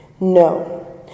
No